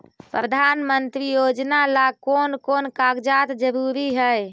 प्रधानमंत्री योजना ला कोन कोन कागजात जरूरी है?